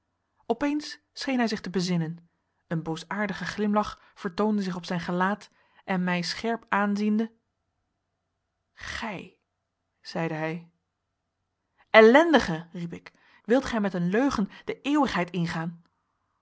opeens scheen hij zich te bezinnen een boosaardige glimlach vertoonde zich op zijn gelaat en mij scherp aanziende gij zeide hij ellendige riep ik wilt gij met een leugen de eeuwigheid ingaan